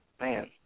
Man